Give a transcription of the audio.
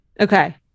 Okay